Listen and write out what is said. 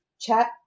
chat